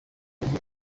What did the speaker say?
bumve